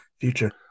future